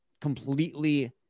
completely